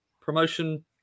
promotion